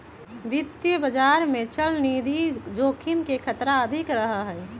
वित्तीय बाजार में चलनिधि जोखिम के खतरा अधिक रहा हई